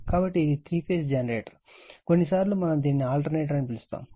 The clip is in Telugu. కాబట్టి ఇది 3 ఫేజ్ జనరేటర్ కొన్నిసార్లు మనం దీనిని ఆల్టర్నేటర్ అని పిలుస్తాము